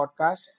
podcast